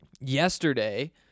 Yesterday